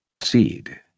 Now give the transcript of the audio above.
Seed